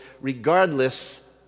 regardless